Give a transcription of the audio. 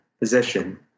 position